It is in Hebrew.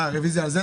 הישיבה ננעלה